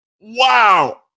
Wow